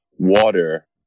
Water